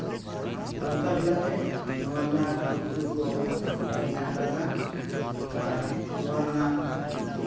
ᱚᱱᱠᱟ ᱞᱮᱠᱟᱛᱮ ᱱᱚᱶᱟ ᱨᱮᱭᱟᱜ ᱩᱨᱜᱟᱹᱱ ᱠᱚ ᱢᱮᱱᱟᱜ ᱟᱠᱟᱫᱟ ᱟᱨ ᱱᱚᱶᱟ ᱨᱮᱭᱟᱜ